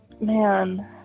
Man